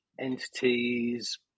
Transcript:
entities